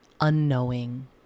unknowing